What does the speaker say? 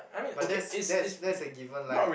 but that's that's that's a given like